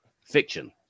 fiction